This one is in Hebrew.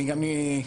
בנוסף,